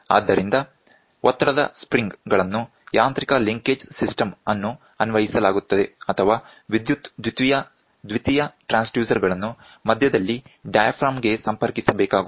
ಆದ್ದರಿಂದ ಒತ್ತಡದ ಸ್ಪ್ರಿಂಗ್ ಗಳನ್ನು ಯಾಂತ್ರಿಕ ಲಿಂಕೇಜ್ ಸಿಸ್ಟಮ್ ಅನ್ನು ಅನ್ವಯಿಸಲಾಗುತ್ತದೆ ಅಥವಾ ವಿದ್ಯುತ್ ದ್ವಿತೀಯ ಟ್ರಾನ್ಸ್ಡ್ಯೂಸರ್ ಗಳನ್ನು ಮಧ್ಯದಲ್ಲಿ ಡಯಾಫ್ರಾಮ್ ಗೆ ಸಂಪರ್ಕಿಸಬೇಕಾಗುವುದು